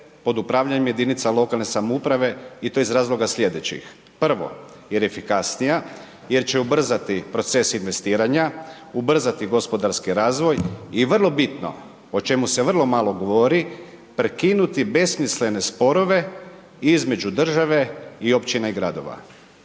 pod upravljanjem jedinica lokalne samouprave i to iz razloga slijedećih, prvo jer je efikasnija, jer će ubrzati proces investiranja, ubrzati gospodarski razvoj i vrlo bitno, o čemu se vrlo malo govori, prekinuti besmislene sporove između države i općina i gradova.